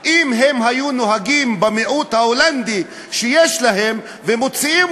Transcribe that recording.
אם הם היו נוהגים במיעוט ההולנדי שיש להם ומוציאים